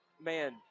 Man